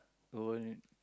gold